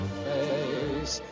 face